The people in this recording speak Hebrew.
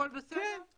הכול בסדר?